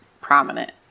prominent